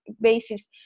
basis